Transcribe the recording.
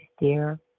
dear